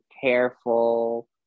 careful